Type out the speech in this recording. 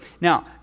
Now